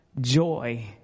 joy